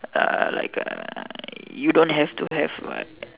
uh like a you don't have to have what